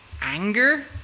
anger